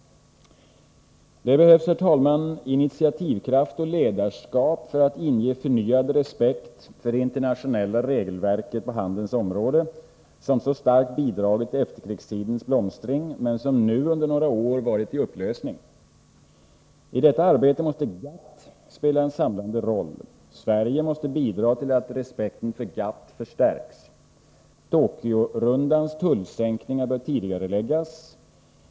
Det behövs, herr talman, initiativkraft och ledarskap för att inge förnyad respekt för det internationella regelverk på handelns område som så starkt bidragit till efterkrigstidens blomstring men som nu under några år varit i upplösning. I detta arbete måste GATT spela en samlande roll. Sverige måste bidra till att respekten för GATT förstärks. Tokyorundans tullsänkningar bör tidigareläggas.